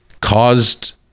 caused